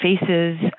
faces